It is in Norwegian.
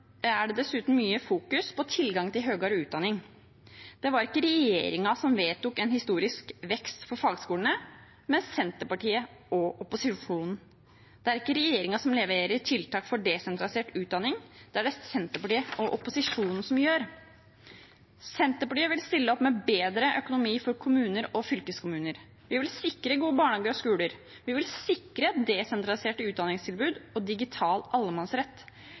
det dessuten mye på tilgang til høyere utdanning. Det var ikke regjeringen som vedtok en historisk vekst for fagskolene, men Senterpartiet og opposisjonen. Det er ikke regjeringen som leverer tiltak for desentralisert utdanning, det er det Senterpartiet og opposisjonen som gjør. Senterpartiet vil stille opp med bedre økonomi for kommuner og fylkeskommuner. Vi vil sikre gode barnehager og skoler. Vi vil sikre desentraliserte utdanningstilbud og digital allemannsrett.